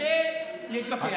כדי להתווכח.